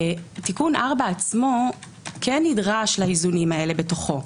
תיקון 4 עצמו כן נדרש לאיזונים האלה בתוכו,